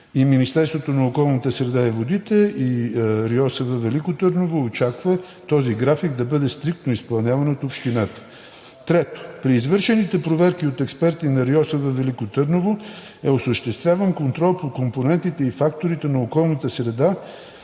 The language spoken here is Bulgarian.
Министерството на околната среда и водите и РИОСВ – Велико Търново, очакват този график да бъде стриктно изпълняван от общината. Трето, при извършените проверки от експерти на РИОСВ – Велико Търново, е осъществяван контрол по компонентите и факторите на околната среда